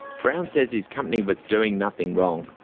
brown says his company was doing nothing wrong.